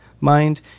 mind